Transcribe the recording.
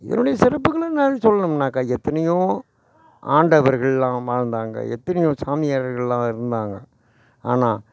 இதனுடைய சிறப்புகளை நான் சொல்லணும்னாக்கா எத்தனையோ ஆண்டவர்களெலாம் வாழ்ந்தாங்க எத்தனையோ சாமியார்கள்லெலாம் இருந்தாங்க ஆனால்